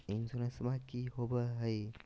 इंसोरेंसबा की होंबई हय?